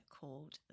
called